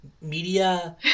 media